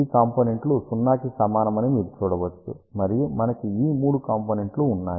ఈ కాంపోనెంట్లు 0 కి సమానమని మీరు చూడవచ్చు మరియు మనకి ఈ మూడు కాంపోనెంట్లు ఉన్నాయి